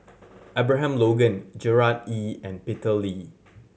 Abraham Logan Gerard Ee and Peter Lee